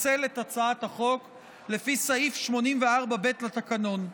לפצל את הצעת החוק לפי סעיף 84(ב) לתקנון.